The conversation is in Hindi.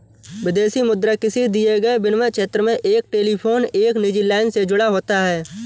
विदेशी मुद्रा किसी दिए गए विनिमय क्षेत्र में एक टेलीफोन एक निजी लाइन से जुड़ा होता है